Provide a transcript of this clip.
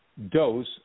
dose